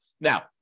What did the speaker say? now